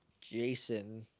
Jason